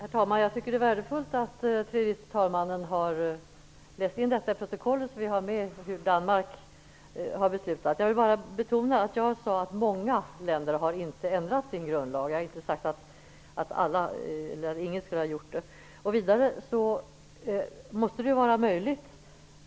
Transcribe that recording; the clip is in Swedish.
Herr talman! Jag tycker att det är värdefullt att tredje vice talmannen har läst in detta till protokollet, så det finns med hur Danmark har beslutat. Jag vill betona att jag sade att ''många'' länder inte har ändrat sin grundlag. Jag sade inte att det inte var något land som hade gjort det.